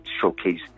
showcase